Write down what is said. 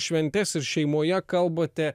šventes ir šeimoje kalbate